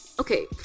Okay